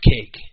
Cake